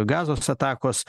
gazos atakos